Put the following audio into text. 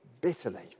bitterly